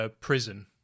prison